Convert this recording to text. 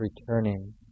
returning